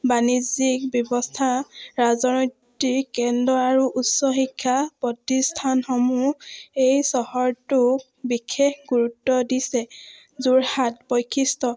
বাণিজ্যিক ব্যৱস্থা ৰাজনৈতিক কেন্দ্ৰ আৰু উচ্চ শিক্ষা প্ৰতিষ্ঠানসমূহ এই চহৰটোক বিশেষ গুৰুত্ব দিছে যোৰহাট বৈশিষ্ট্য